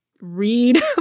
read